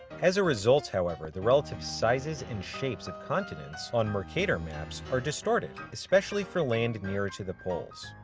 as a result, however, the relative sizes and shapes of continents on mercator maps are distorted. especially for land nearer to the poles.